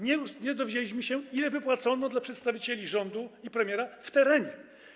Nie dowiedzieliśmy się, ile wypłacono przedstawicielom rządu i premiera w terenie.